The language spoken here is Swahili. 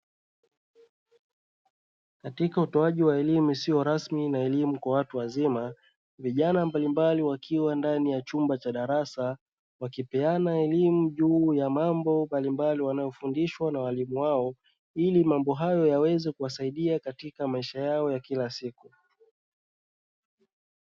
Katika utoaji wa elimu isiyo rasmi na elimu kwa watu wazima, vijana mbalimbali wakiwa ndani ya chumba cha darasa wakipeana elimu juu ya mambo mbalimbali wanayofundishwa na walimu wao, ili mambo hayo yaweze kuwasadia katika maisha yao ya kila siku.